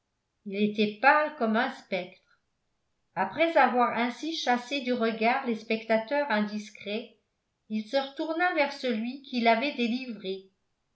il était pâle comme un spectre après avoir ainsi chassé du regard les spectateurs indiscrets il se retourna vers celui qui l'avait délivré